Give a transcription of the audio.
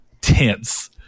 tense